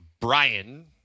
Brian